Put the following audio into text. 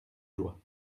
joie